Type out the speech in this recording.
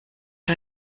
der